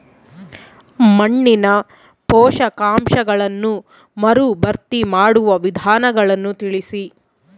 ಮಣ್ಣಿನ ಪೋಷಕಾಂಶಗಳನ್ನು ಮರುಭರ್ತಿ ಮಾಡುವ ವಿಧಾನಗಳನ್ನು ತಿಳಿಸಿ?